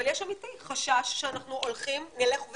אבל יש חשש אמיתי שאנחנו נלך ונתמעט.